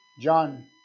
John